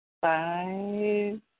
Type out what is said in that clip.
Five